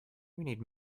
need